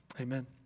amen